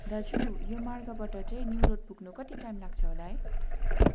दाजु यो मार्गबाट चाहिँ न्यु रोड पुग्नु कति टाइम लाग्छ होला है